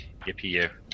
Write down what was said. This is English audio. yippee